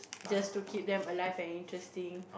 just to keep them alive and interesting